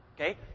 Okay